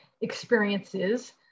experiences